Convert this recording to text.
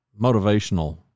motivational